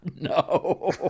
No